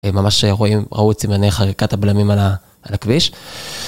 ממש רואים, ראו את סימני חריקת הבלמים על הכביש.